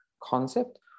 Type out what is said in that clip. concept